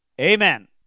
amen